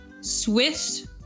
Swiss